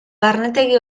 barnetegi